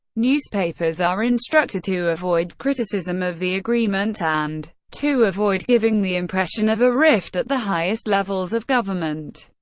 newspapers are instructed to avoid criticism of the agreement and to avoid giving the impression of a rift at the highest levels of government.